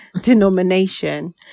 denomination